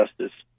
justice